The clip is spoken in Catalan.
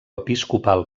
episcopal